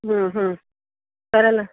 करा ना